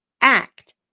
act